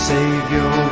Savior